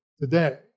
today